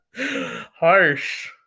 Harsh